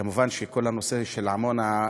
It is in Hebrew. מובן שכל הנושא של עמונה,